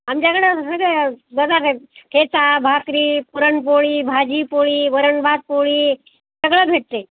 आमच्याकडं ठेचा भाकरी पुरणपोळी भाजीपोळी वरण भात पोळी सगळं भेटते